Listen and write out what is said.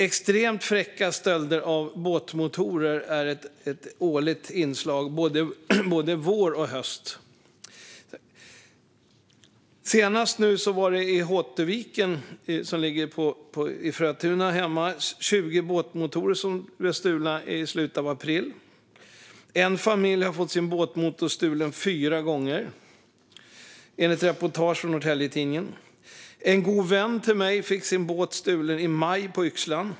Extremt fräcka stölder av båtmotorer förekommer årligen, både vår och höst. Senast nu i Håtöviken i Frötuna stals 20 båtmotorer i slutet av april. En familj har fått sin båtmotor stulen fyra gånger, enligt ett reportage i Norrtelje Tidning. En god vän fick sin båt stulen i maj på Yxlan.